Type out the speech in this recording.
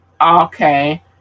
Okay